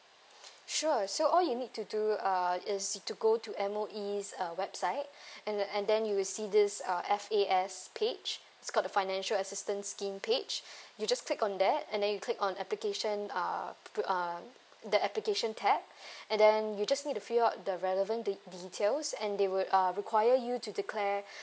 sure so all you need to do uh is to go to M_O_E's uh website and and then you'll see this uh F_A_S page it's called the financial assistance scheme page you just click on that and then you click on application um pu~ um the application tab and then you just need to fill up the relevant de~ details and they would uh require you to declare